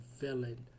villain